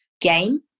game